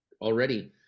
already